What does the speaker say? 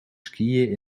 skiën